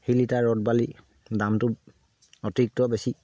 শিল ইটা ৰদ বালি দামটো অতিৰিক্ত বেছি